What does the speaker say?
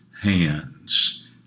hands